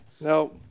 No